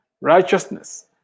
Righteousness